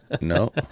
No